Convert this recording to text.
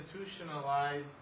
institutionalized